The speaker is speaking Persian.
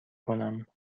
کنم